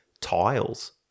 tiles